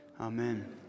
Amen